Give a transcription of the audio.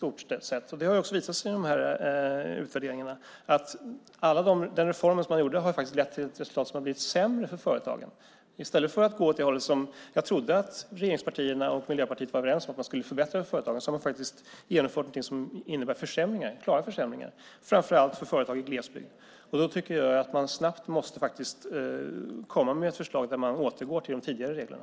Det har också visat sig i utvärderingarna att den reform som gjordes lett till resultat som blivit sämre för företagen. I stället för att gå åt det håll som jag trodde att regeringspartierna och Miljöpartiet var överens om, alltså att man skulle förbättra för företagen, har man genomfört något som innebär klara försämringar framför allt för företag i glesbygd. Därför tycker jag att man snabbt måste komma med förslag om att återgå till de tidigare reglerna.